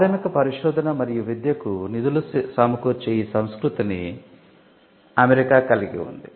ప్రాథమిక పరిశోధన మరియు విద్యకు నిధులు సమకూర్చే ఈ సంస్కృతిని యుఎస్ కలిగి ఉంది